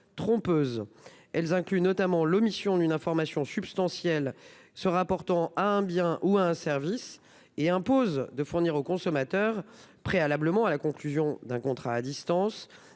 trompeuses. Elles incluent notamment l'omission d'une information substantielle se rapportant à un bien ou à un service et imposent de fournir au consommateur, préalablement à la conclusion d'un contrat à distance,